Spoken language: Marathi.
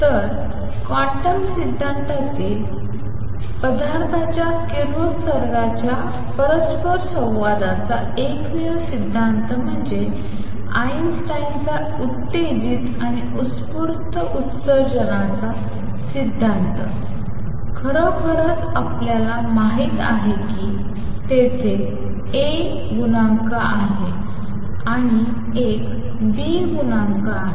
तर क्वांटम सिद्धांतातील पदार्थांच्या किरणोत्सर्गाच्या परस्परसंवादाचा एकमेव सिद्धांत म्हणजे आइन्स्टाईनचा उत्तेजित आणि उत्स्फूर्त उत्सर्जनाचा सिद्धांत खरोखरच आपल्याला माहित आहे की तेथे a गुणांक आहे आणि एक b गुणांक आहे